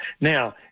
now